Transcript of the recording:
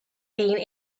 being